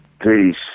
Peace